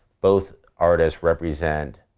both artists represent,